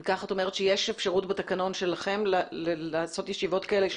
את אומרת שיש אפשרות בתקנון שלכם לעשות ישיבות כאלה,